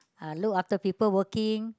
uh look after people working